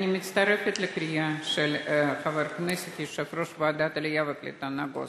אני מצטרפת לקריאה של חבר הכנסת ויושב-ראש ועדת העלייה והקליטה נגוסה.